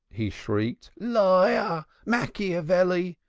he shrieked. liar! machiavelli!